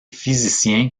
physiciens